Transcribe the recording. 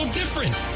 different